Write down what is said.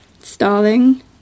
starling